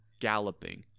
galloping